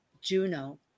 Juno